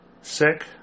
Sick